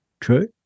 True